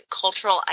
cultural